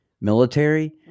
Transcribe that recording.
military